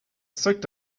soaked